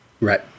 Right